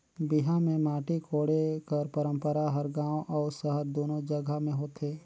बिहा मे माटी कोड़े कर पंरपरा हर गाँव अउ सहर दूनो जगहा मे होथे